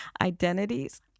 identities